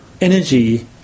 energy